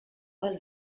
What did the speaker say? all